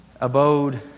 Abode